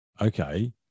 okay